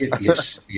yes